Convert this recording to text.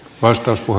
niinkö